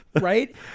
right